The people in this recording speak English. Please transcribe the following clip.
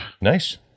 Nice